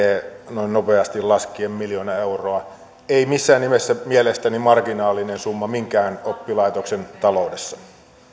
noin nopeasti laskien miljoona euroa ei missään nimessä mielestäni marginaalinen summa minkään oppilaitoksen taloudessa